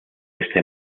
este